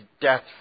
death